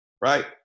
Right